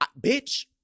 Bitch